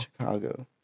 Chicago